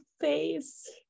face